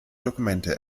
dokumente